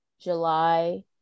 july